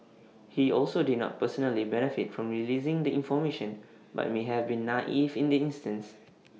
he also did not personally benefit from releasing the information but may have been naive in this instance